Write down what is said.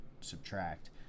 subtract